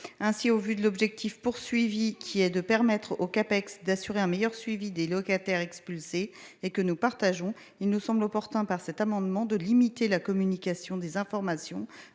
Ainsi, au vu de l'objectif poursuivi qui est de permettre au CAPEX d'assurer un meilleur suivi des locataires expulsés et que nous partageons. Il nous semble opportun par cet amendement de limiter la communication des informations